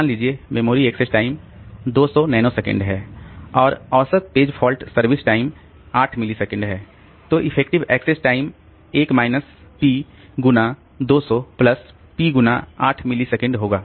मान लीजिए memory access time 200 nanosecond है और औसत page fault service time 8 millisecond है तो effective access time 1 minus p गुणा 200 प्लस p गुणा 8 मिलीसेकंड होगा